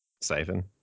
Siphon